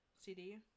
CD